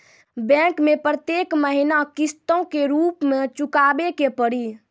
Bank मैं प्रेतियेक महीना किस्तो के रूप मे चुकाबै के पड़ी?